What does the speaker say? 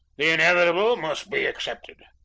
the inevitable must be accepted.